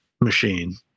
machine